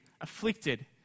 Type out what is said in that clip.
afflicted